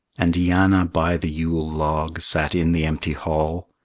and yanna by the yule log sat in the empty hall,